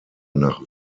nach